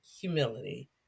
humility